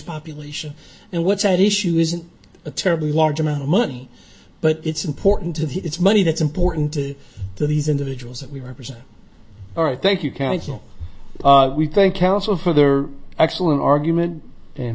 population and what's at issue isn't a terribly large amount of money but it's important to the it's money that's important to the these individuals that we represent all right thank you council we thank our so for their excellent argument and